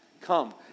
come